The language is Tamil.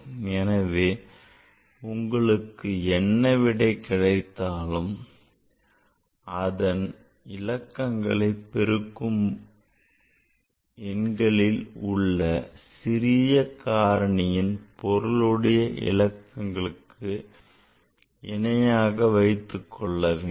எனவே உங்களுக்கு என்ன விடை கிடைத்தாலும் அதன் இலக்கங்களை பெருக்கும் எண்களில் உள்ள சிறிய காரணியின் பொருளுடைய இலக்கங்களுக்கு இணையாக வைத்துக் கொள்ள வேண்டும்